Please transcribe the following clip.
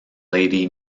lady